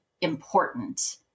important